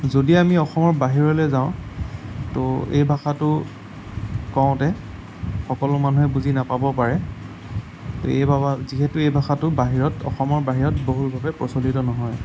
যদি আমি অসমৰ বাহিৰলৈ যাওঁ ত' এই ভাষাটো কওঁতে সকলো মানুহে বুজি নাপাব পাৰে এই যিহেতু এই ভাষাটো বাহিৰত অসমৰ বাহিৰত বহুলভাৱে প্ৰচলিত নহয়